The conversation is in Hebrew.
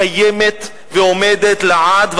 קיימת ועומדת לעד,